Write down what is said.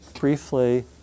briefly